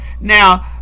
Now